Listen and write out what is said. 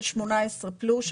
של 18 פלוס,